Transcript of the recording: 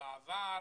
בעבר